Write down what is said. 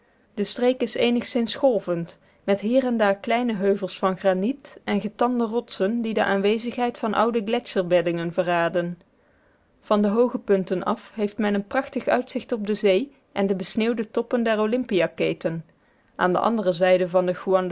de streek is eenigszins golvend met hier en daar kleine heuvels van graniet en getande rotsen die de aanwezigheid van oude gletscherbeddingen verraden van de hooge punten af heeft men een prachtig uitzicht op de zee en de besneeuwde toppen der olympia keten aan de andere zijde van de